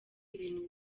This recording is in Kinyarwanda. ibintu